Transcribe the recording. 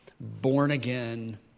born-again